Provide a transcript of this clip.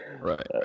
right